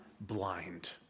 blind